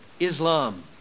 Islam